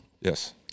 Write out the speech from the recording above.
Yes